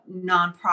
nonprofit